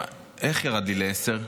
איך ירדתי לעשר?